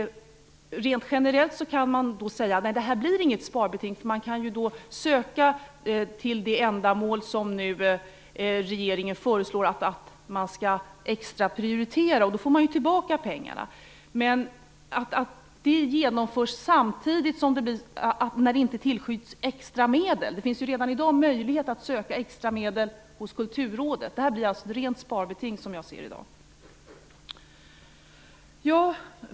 Rent generellt kan det sägas att det inte blir något sparbeting, eftersom man kan söka till det ändamål som regeringen nu föreslår skall extraprioriteras och man då får tillbaka pengarna. Men genom att att detta genomförs samtidigt som det inte tillskjuts extra medel - det finns ju redan i dag möjlighet att söka extra medel hos Kulturrådet - blir det, som jag i dag ser det, ett rent sparbeting.